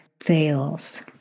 fails